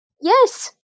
Yes